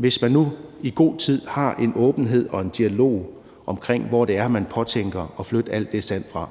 kunne man i god tid have en åbenhed og en dialog omkring, hvor det er, man påtænker at flytte al det sand fra,